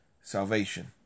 salvation